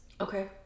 Okay